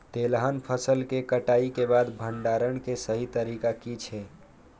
तेलहन फसल के कटाई के बाद भंडारण के सही तरीका की छल?